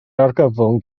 argyfwng